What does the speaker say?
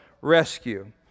rescue